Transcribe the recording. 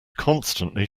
constantly